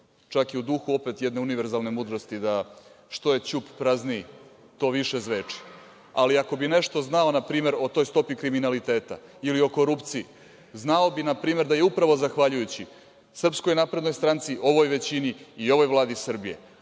čak i u duhu opet jedne univerzalne mudrosti da što je ćup prazniji, to više zveči. Ali, ako bi nešto znao, npr. o toj stopi kriminaliteta ili o korupciji, znao bi da je upravo zahvaljujući SNS, ovoj većini i ovoj Vladi Srbije